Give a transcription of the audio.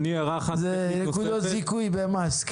זה נקודות זיכוי במס.